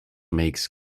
makes